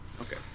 Okay